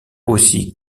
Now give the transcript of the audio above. aussi